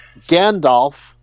Gandalf